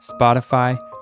Spotify